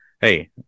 hey